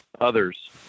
others –